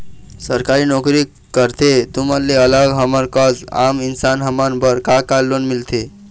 सरकारी नोकरी करथे तुमन ले अलग हमर कस आम इंसान हमन बर का का लोन मिलथे?